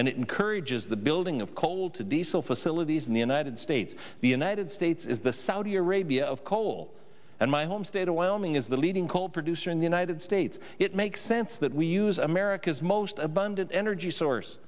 and it encourages the building of coal to diesel facilities in the united states the united states is the saudi arabia of coal and my home state of wyoming is the leading coal producer in the united states it makes sense that we use america's most abundant energy source